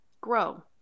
grow